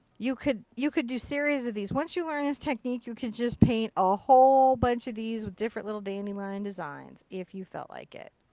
you could you could do a series of these. once you learn this technique, you could just paint a whole bunch of these different little dandelion designs. if you felt like it.